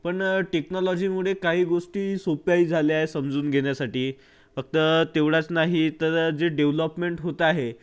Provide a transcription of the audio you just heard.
पण टेक्नॉलॉजीमुळे काही गोष्टी सोप्याही झाल्या आहेत समजून घेण्यासाठी फक्त तेव्हढाच नाही तर जे डेव्हलॉपमेंट होत आहे ते कुठं